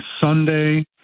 Sunday